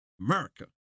America